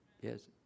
Yes